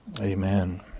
Amen